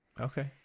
Okay